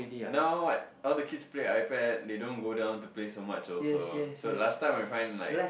now what all the kids play iPad they don't go down to play so much also so last time I find like